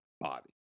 body